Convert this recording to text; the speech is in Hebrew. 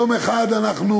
יום אחד אנחנו